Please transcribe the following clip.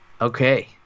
Okay